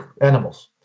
animals